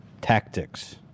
Tactics